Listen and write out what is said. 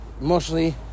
emotionally